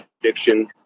addiction